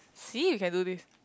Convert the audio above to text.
see you can do this